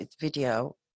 video